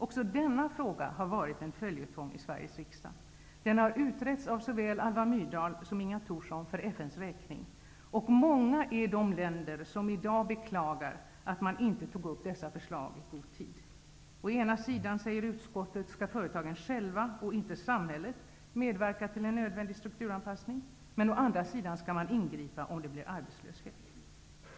Också denna fråga har varit en följetong i Sveriges riksdag. Den har utretts av såväl Alva Myrdal som Inga Thorsson för FN:s räkning, och många är de länder som i dag beklagar att man inte tog upp dessa förslag i god tid. Å ena sida, säger utskottet, skall företagen själva och inte samhället medverka till en nödvändig strukturanpassning, men å andra sidan skall man ingripa vid arbetslöshet.